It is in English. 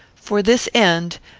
for this end,